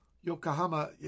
Yokohama